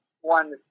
one